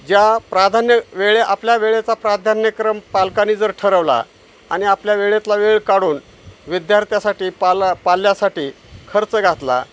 ज्या प्राधान्य वेळे आपल्या वेळेचा प्राधान्यक्रम पालकानी जर ठरवला आणि आपल्या वेळेतला वेळ काढून विद्यार्थ्यासाठी पाला पाल्यासाठी खर्च घातला